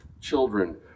children